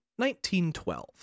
1912